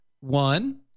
one